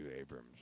Abrams